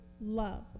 love